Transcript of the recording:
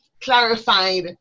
clarified